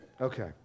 Okay